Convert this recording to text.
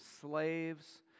slaves